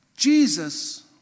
Jesus